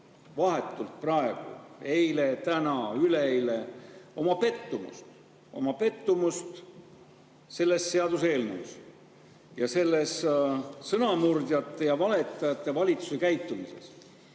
vahetult praegu – eile, täna, üleeile – oma pettumust selles seaduseelnõus ja selles sõnamurdjate ja valetajate valitsuse käitumises.